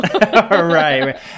right